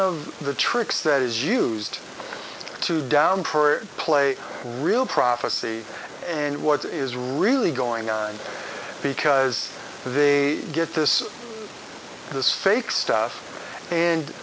of the tricks that is used to down for play real prophecy and what is really going on because they get this this fake stuff and